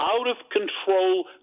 out-of-control